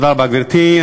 תודה רבה, גברתי.